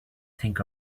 think